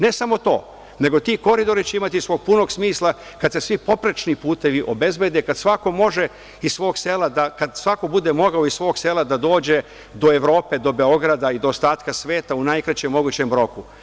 Ne samo to, nego ti koridori će imati svog punog smisla kada se svi poprečni putevi obezbede, kada svako bude mogao iz svog sela da dođe do Evrope, do Beograda i do ostatka sveta u najkraćem mogućem roku.